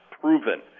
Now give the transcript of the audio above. proven